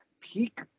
Peak